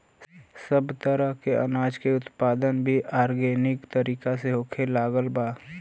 सब तरह के अनाज के उत्पादन भी आर्गेनिक तरीका से होखे लागल बा